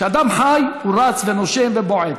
כשאדם חי, הוא רץ ונושם ובועט.